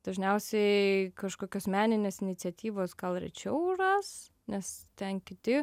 dažniausiai kažkokios meninės iniciatyvos gal rečiau ras nes ten kiti